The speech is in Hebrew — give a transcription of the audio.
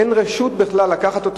אין רשות בכלל לקחת אותו.